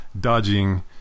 dodging